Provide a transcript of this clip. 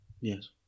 Yes